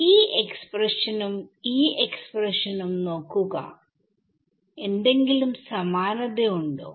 ഈ എക്സ്പ്രഷനും ഈ എക്സ്പ്രഷനും നോക്കുക എന്തെങ്കിലും സമാനത ഉണ്ടോ